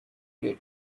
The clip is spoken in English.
did